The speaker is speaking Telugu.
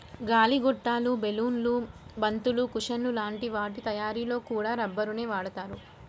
గాలి గొట్టాలు, బెలూన్లు, బంతులు, కుషన్ల లాంటి వాటి తయ్యారీలో కూడా రబ్బరునే వాడతారు